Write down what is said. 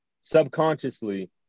subconsciously